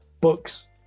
books